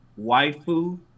waifu